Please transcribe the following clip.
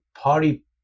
party